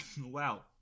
wow